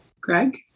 greg